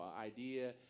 idea